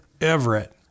Everett